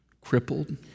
crippled